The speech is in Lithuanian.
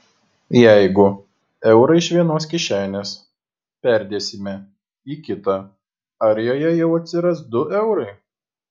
jeigu eurą iš vienos kišenės perdėsime į kitą ar joje jau atsiras du eurai